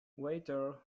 waiter